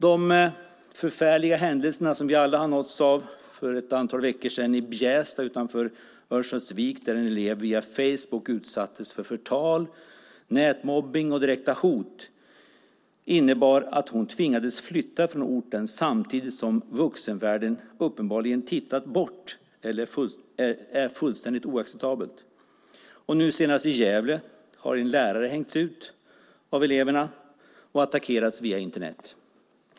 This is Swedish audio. Vi nåddes alla för några veckor sedan av de förfärliga händelserna i Bjästa utanför Örnsköldsvik, där en elev via Facebook utsattes för förtal, nätmobbning och direkta hot som innebar att hon tvingades flytta från orten samtidigt som vuxenvärlden tittade bort. Det är fullständigt oacceptabelt. Och nu senast i Gävle har en lärare hängts ut av eleverna och attackerats via Internet.